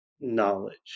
knowledge